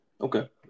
okay